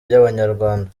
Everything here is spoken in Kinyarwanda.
by’abanyarwanda